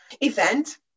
event